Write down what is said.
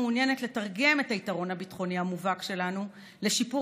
מנהיגות המעוניינת לתרגם את היתרון הביטחוני המובהק שלנו לשיפור